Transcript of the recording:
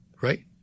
right